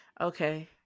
Okay